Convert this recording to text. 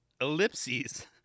Ellipses